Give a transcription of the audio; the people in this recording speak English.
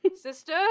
sister